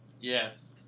yes